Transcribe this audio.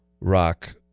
Rock